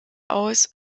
aus